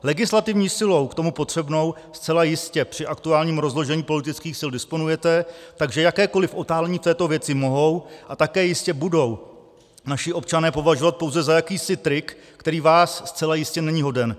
Legislativní silou k tomu potřebnou zcela jistě při aktuálním rozložení politických sil disponujete, takže jakékoliv otálení v této věci mohou, a také jistě budou, naši občané považovat pouze za jakýsi trik, který vás zcela jistě není hoden.